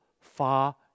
far